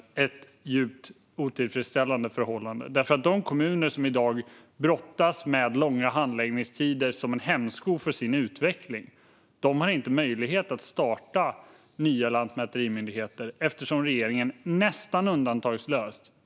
Detta är ett djupt otillfredsställande förhållande. De kommuner som i dag brottas med långa handläggningstider, som är en hämsko för utvecklingen, har inte möjlighet att starta nya lantmäterimyndigheter eftersom regeringen nästan undantagslöst säger nej till dem.